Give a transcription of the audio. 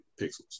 pixels